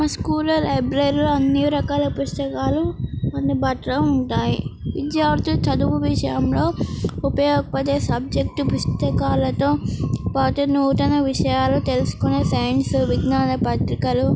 మా స్కూల్లో లైబ్రరీలు అన్ని రకాల పుస్తకాలు అన్ని బట్టి ఉంటాయి విద్యార్థులు చదువు విషయంలో ఉపయోగపడే సబ్జెక్టు పుస్తకాలతో పాటు నూతన విషయాలు తెలుసుకునే సైన్స్ విజ్ఞాన పత్రికలు